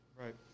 Right